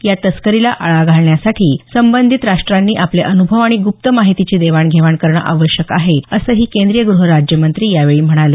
या तस्करीला आळा घालण्यासाठी संबंधित राष्ट्रांनी आपले अनुभव आणि गुप्त माहितीची देवाण घेवाण करणं आवश्यक आहे असंही केंद्रीय गृहराज्यमंत्री यावेळी म्हणाले